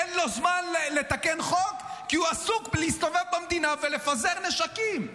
אין לו זמן לתקן חוק כי הוא עסוק בלהסתובב במדינה ולפזר נשקים.